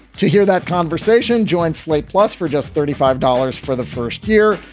to hear that conversation. joint slate plus for just thirty five dollars for the first year.